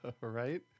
Right